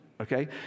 okay